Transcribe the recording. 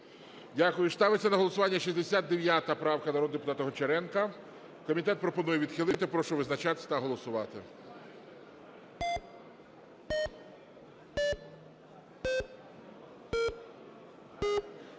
Дякую. Ставиться на голосування 69 правка, народного депутата Гончаренка. Комітет пропонує її відхилити. Прошу визначатися та голосувати.